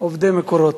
עובדי "מקורות",